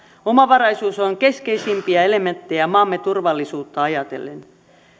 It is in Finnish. omavaraisuus on keskeisimpiä elementtejä maamme turvallisuutta ajatellen